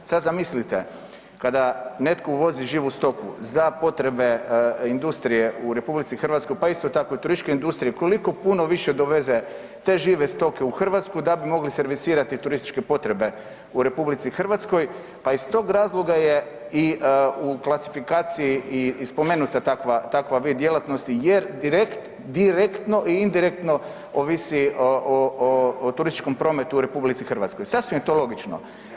Sad zamislite kada netko uvozi živu stoku za potrebe industrije u RH, pa isto tako i turističke industrije, koliko puno više doveze te žive stoke u Hrvatsku da bi mogli servisirati turističke potrebe u RH, pa iz tog razloga je i u klasifikaciji i spomenuta takva, takva, ove djelatnosti jer direkt, direktno i indirektno ovisi o, o, o, o turističkom prometu u RH, sasvim je to logično.